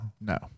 No